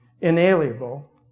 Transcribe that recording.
inalienable